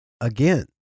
again